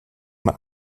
mal